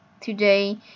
today